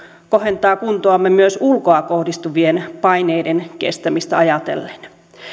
kohentaa kuntoamme myös ulkoa kohdistuvien paineiden kestämistä ajatellen